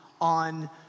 on